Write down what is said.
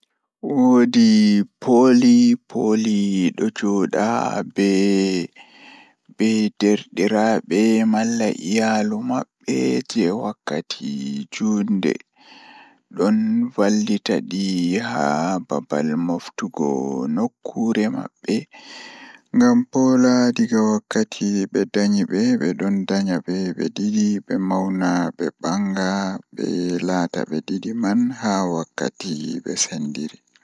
Jokkondir caɗeele e moƴƴaare glass cleaner walla ndiyam e sirri. Njidi ndiyam e caɗeele ngal e siki ngam sabu holla e ngal mirror. Fota njillataa nder haɓtude ko e moƴƴaare. Njillataa kaŋko ngam sabu ƴettude e ɗiɗi.